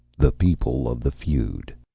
the people of the feud